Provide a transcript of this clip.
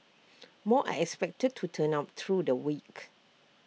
more are expected to turn up through the week